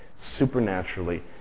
supernaturally